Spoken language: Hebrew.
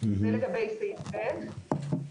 לגבי סעיף (ג)